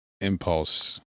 impulse